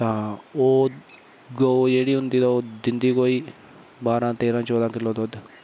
तां ओह् गौ जेह्ड़ी होंदी तां ओह् दिंदी कोई बारां तेह्रां चौह्दा किल्लो दुद्ध